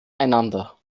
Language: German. einander